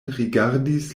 rigardis